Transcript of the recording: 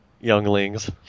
Younglings